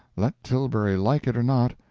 let tilbury like it or not,